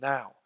Now